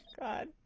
God